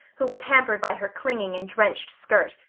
who was hampered by her clinging and drenched skirt,